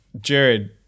Jared